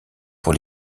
pour